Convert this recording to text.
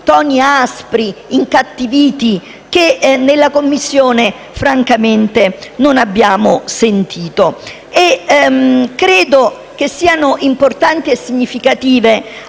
toni aspri e incattiviti, che nella Commissione francamente non abbiamo ascoltato. Credo che siano importanti e significative